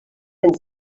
can